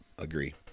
agree